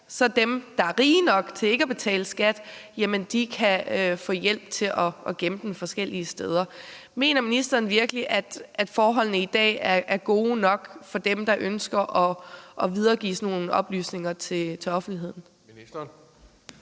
kan de, der er rige nok til ikke at betale skat, få hjælp til at gemme dem forskellige steder. Mener ministeren virkelig, at forholdene i dag er gode nok for dem, der ønsker at videregive sådan nogle oplysninger til offentligheden?